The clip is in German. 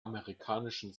amerikanischen